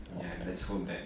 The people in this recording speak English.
ya nd let's hope that